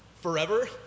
forever